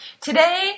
Today